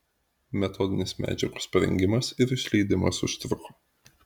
metodinės medžiagos parengimas ir išleidimas užtruko